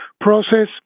process